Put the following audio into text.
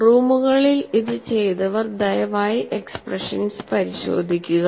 റൂമുകളിൽ ഇത് ചെയ്തവർ ദയവായി എക്സ്പ്രഷൻസ് പരിശോധിക്കുക